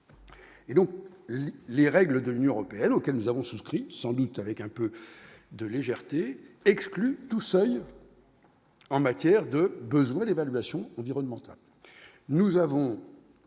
et donc les règles de l'Union européenne, auquel nous avons souscrit sans doute avec un peu de légèreté exclut tout seul en matière de besoins l'évaluation environnementale,